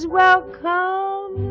welcome